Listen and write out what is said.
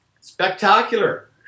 spectacular